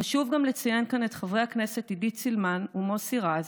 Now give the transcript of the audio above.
חשוב גם לציין כאן את חברי הכנסת עידית סילמן ומוסי רז,